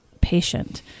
patient